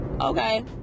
okay